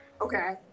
okay